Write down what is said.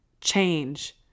Change